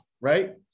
right